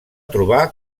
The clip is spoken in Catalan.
trobar